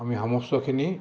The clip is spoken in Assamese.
আমি সমষ্টখিনি